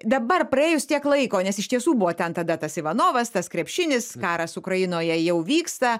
dabar praėjus tiek laiko nes iš tiesų buvo ten tada tas ivanovas tas krepšinis karas ukrainoje jau vyksta